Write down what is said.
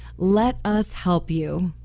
let us help you!